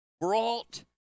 brought